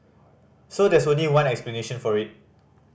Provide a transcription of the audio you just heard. so there's only one explanation for it